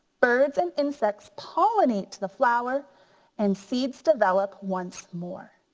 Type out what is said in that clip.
birds and insects pollinate the flower and seeds develop once more.